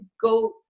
go